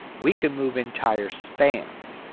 we can move entire spans.